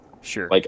Sure